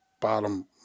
bottom